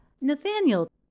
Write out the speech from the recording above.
Nathaniel